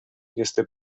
este